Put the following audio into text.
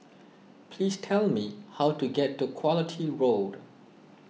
please tell me how to get to Quality Road